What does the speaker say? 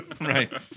Right